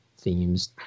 themes